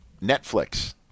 Netflix